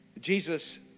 Jesus